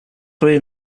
career